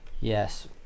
Yes